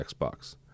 xbox